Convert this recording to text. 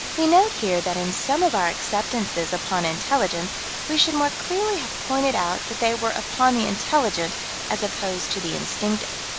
we note here that in some of our acceptances upon intelligence we should more clearly have pointed out that they were upon the intelligent as opposed to the instinctive.